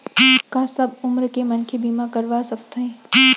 का सब उमर के मनखे बीमा करवा सकथे?